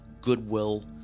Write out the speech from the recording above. goodwill